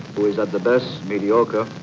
who is at the best mediocre